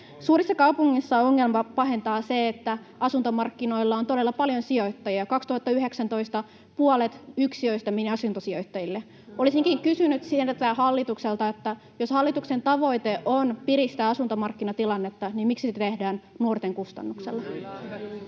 Suurissa kaupungeissa ongelmaa pahentaa se, että asuntomarkkinoilla on todella paljon sijoittajia — 2019 puolet yksiöistä meni asuntosijoittajille. Olisinkin kysynyt hallitukselta: jos hallituksen tavoite on piristää asuntomarkkinatilannetta, niin miksi se tehdään nuorten kustannuksella?